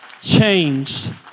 changed